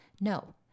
No